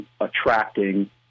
attracting